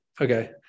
okay